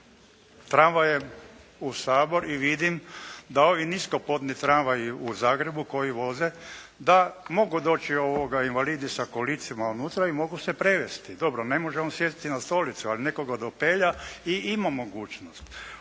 tramvajem u Sabor i vidim da ovi niskopodni tramvaji u Zagrebu koji voze da mogu doći invalidi sa kolicima unutra i mogu se prevesti. Dobro, ne može on sjesti na stolicu, ali netko ga dopelja i ima mogućnost.